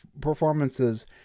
performances